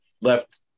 left